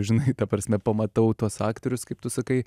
žinai ta prasme pamatau tuos aktorius kaip tu sakai